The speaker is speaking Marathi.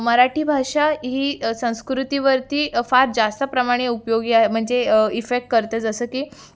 मराठी भाषा ही संस्कृतीवरती फार जास्तप्रमाणे उपयोगी आहे म्हणजे इफेक्ट करते जसं की